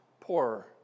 Poorer